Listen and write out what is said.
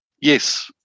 yes